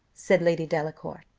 said lady delacour.